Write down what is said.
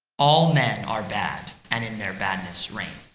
all men are bad, and in their badness reign.